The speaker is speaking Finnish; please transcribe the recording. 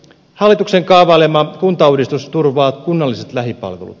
hallituksen kaavailema kuntauudistus turvaa kunnalliset lähipalvelut